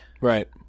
right